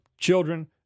children